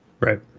Right